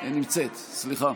נמצאת, סליחה,